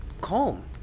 calm